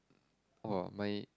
oh my